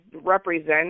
represent